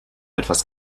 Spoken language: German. etwas